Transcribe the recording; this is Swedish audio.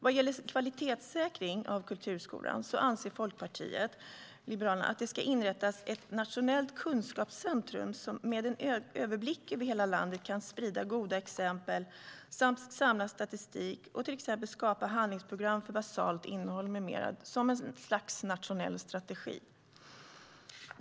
Vad gäller kvalitetssäkring av kulturskolan anser Folkpartiet liberalerna att det ska inrättas ett nationellt kunskapscentrum som, med överblick över hela landet, kan sprida goda exempel samt samla statistik och till exempel skapa handlingsprogram för basalt innehåll med mera, som ett slags nationell strategi.